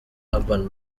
urban